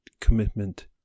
commitment